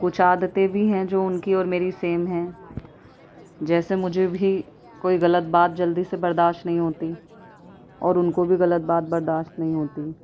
کچھ عادتیں بھی ہیں جو ان کی اور میری سیم ہیں جیسے مجھے بھی کوئی غلط بات جلدی سے برداشت ںہیں ہوتی اور ان کو بھی غلط بات برداشت نہیں ہوتی